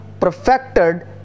perfected